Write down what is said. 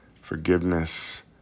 forgiveness